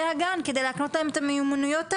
הגן כדי להקנות להם את המיומנויות האלה.